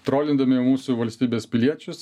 trolindami mūsų valstybės piliečius